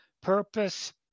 purpose